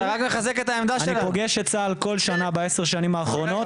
אני פוגש את צה"ל כל שנה בעשר השנים האחרונות,